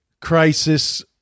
crisis